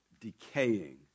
decaying